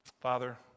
Father